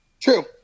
True